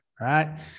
right